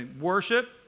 Worship